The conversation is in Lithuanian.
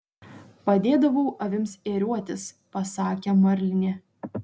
padėdavau avims ėriuotis pasakė marlinė